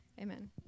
Amen